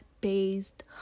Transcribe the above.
based